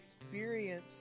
experience